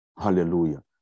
Hallelujah